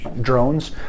drones